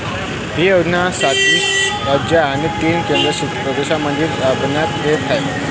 ही योजना सत्तावीस राज्ये आणि तीन केंद्रशासित प्रदेशांमध्ये राबविण्यात येत आहे